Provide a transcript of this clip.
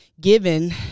given